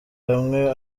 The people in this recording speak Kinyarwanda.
hamwe